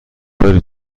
دارید